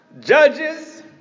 Judges